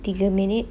tiga minute